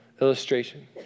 illustration